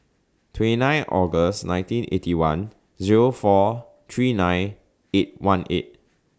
twenty nine August nineteen Eighty One Zero four three nine eight one eight